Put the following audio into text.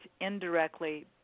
indirectly